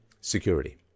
security